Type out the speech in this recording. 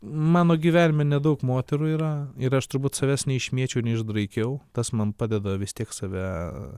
mano gyvenime nedaug moterų yra ir aš turbūt savęs neišmėčiau neišdraikiau tas man padeda vis tiek save